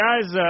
guys